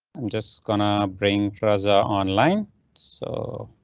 i'm just gonna bring treasure online so.